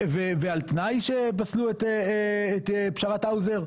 ועל תנאי שפסלו את פשרת האוזר?